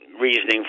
reasoning